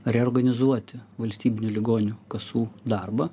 reorganizuoti valstybinių ligonių kasų darbą